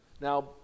Now